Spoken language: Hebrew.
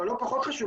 אבל לא פחות חשוב,